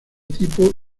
tipo